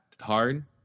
hard